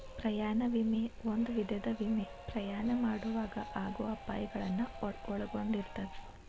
ಪ್ರಯಾಣ ವಿಮೆ ಒಂದ ವಿಧದ ವಿಮೆ ಪ್ರಯಾಣ ಮಾಡೊವಾಗ ಆಗೋ ಅಪಾಯಗಳನ್ನ ಒಳಗೊಂಡಿರ್ತದ